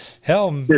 hell